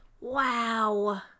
Wow